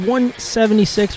176